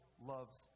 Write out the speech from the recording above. loves